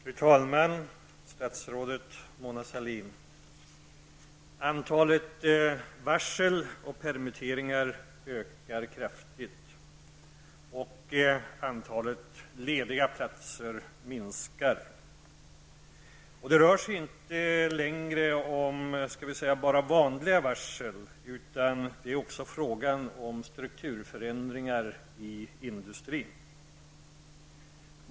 Fru talman! Statsrådet Mona Sahlin! Antalet varsel och permitteringar ökar kraftigt, och antalet lediga platser minskar. Det rör sig inte längre om bara ''vanliga'' varsel, utan det är också fråga om strukturförändringar inom industrin.